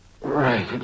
Right